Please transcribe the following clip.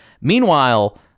Meanwhile